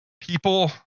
People